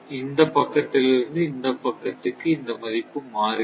இந்தப் பக்கத்திலிருந்து இந்தப் பக்கத்திற்கு இந்த மதிப்பு மாறுகிறது